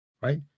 right